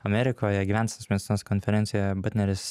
amerikoje gyvensenos medicinos konferencijoje batneris